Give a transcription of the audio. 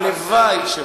הלוואי שלא.